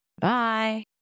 Bye